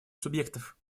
субъектов